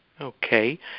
Okay